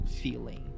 feeling